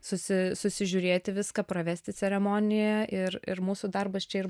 susi susižiūrėti viską pravesti ceremoniją ir ir mūsų darbas čia ir